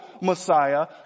messiah